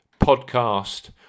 podcast